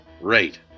Right